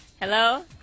Hello